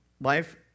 life